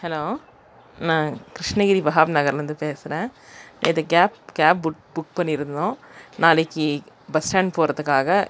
hello நான் கிருஷ்ணகிரி வஹாப் நகர்லேருந்து பேசுகிறேன் நேற்று கேப் கேப் புக் புக் பண்ணியிருந்தோம் நாளைக்கு பஸ் ஸ்டாண்ட் போகிறதுக்காக